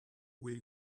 will